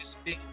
speak